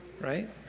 right